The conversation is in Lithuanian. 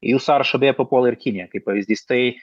į jų sąrašą beje papuola ir kinija kaip pavyzdys tai